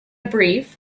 brief